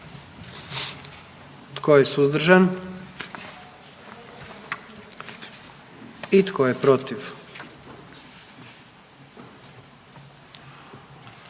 Tko je suzdržan? I tko je protiv?